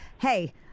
hey